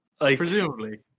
Presumably